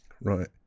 right